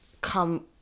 come